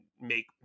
make